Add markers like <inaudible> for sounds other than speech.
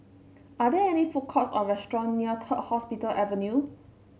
are there any food courts or restaurant near <unintelligible> Hospital Avenue